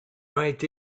right